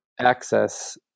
access